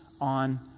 on